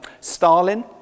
Stalin